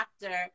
doctor